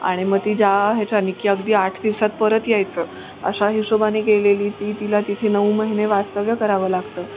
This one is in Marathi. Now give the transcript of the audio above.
आणि मग ती ज्या ह्याच्यानी की अगदी आठ दिवसात परत यायचं अशा हिशोबाने गेलेली ती तिला तिथे नऊ महिने वास्तव्य करावं लागतं